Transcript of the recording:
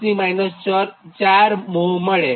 1210 4 mho મળે